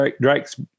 drakes